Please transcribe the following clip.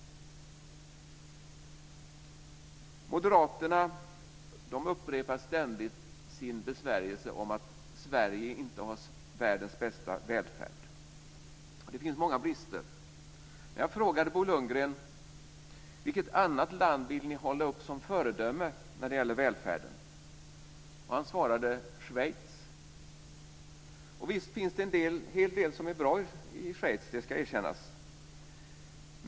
Moderaterna upprepar ständigt sin besvärjelse om att Sverige inte har världens bästa välfärd. Det finns många brister. Jag frågade Bo Lundgren: Vilket annat land vill ni hålla upp som föredöme när det gäller välfärden? Han svarade: Schweiz. Visst finns det en hel del som är bra i Schweiz, det ska erkännas.